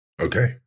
Okay